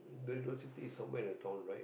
VivoCity is somewhere in the town right